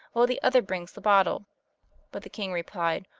while the other brings the bottle but the king replied,